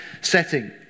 setting